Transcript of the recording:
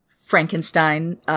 Frankenstein